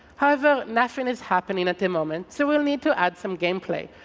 however, nothing is happening at the moment, so we'll need to add some game play.